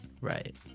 Right